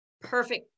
perfect